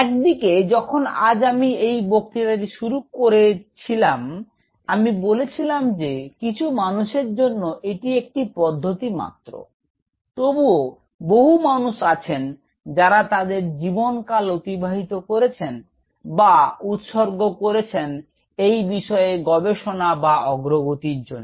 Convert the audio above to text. একদিকে যখন আজ আমি এই বক্তৃতাটি শুরু করেছিলাম আমি বলেছিলাম যে কিছু মানুষের জন্য এটি একটি পদ্ধতি মাত্র তবুও বহু মানুষ আছেন যারা তাদের জীবনকাল অতিবাহিত করেছেন বা উৎসর্গ করেছেন এই বিষয়ে গবেষণা বা অগ্রগতির জন্য